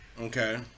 Okay